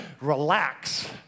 relax